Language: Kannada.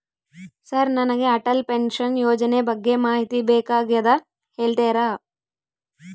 ಸರ್ ನನಗೆ ಅಟಲ್ ಪೆನ್ಶನ್ ಯೋಜನೆ ಬಗ್ಗೆ ಮಾಹಿತಿ ಬೇಕಾಗ್ಯದ ಹೇಳ್ತೇರಾ?